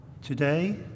Today